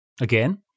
Again